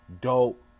Dope